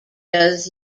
does